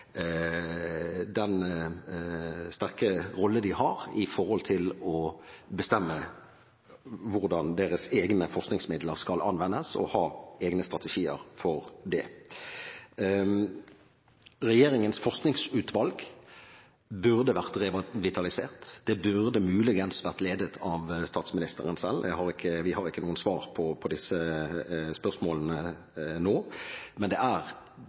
til å bestemme hvordan deres egne forskningsmidler skal anvendes, og har egne strategier for det. Regjeringens forskningsutvalg burde vært revitalisert. Det burde muligens vært ledet av statsministeren selv. Vi har ikke noen svar på disse spørsmålene nå, men det er